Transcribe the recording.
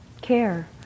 care